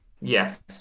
Yes